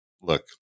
look